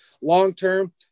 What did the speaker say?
long-term